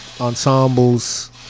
ensembles